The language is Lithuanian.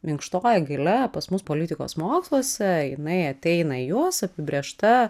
minkštoji galia pas mus politikos moksluose jinai ateina į juos apibrėžta